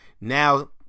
Now